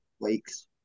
Weeks